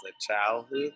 childhood